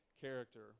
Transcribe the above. character